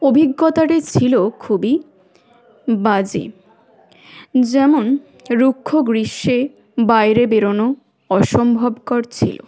অভিজ্ঞতাটি ছিল খুবই বাজে যেমন রুক্ষ্ম গ্রীষ্মে বাইরে বেরনো অসম্ভবকর ছিল